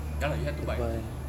ya lah you had to buy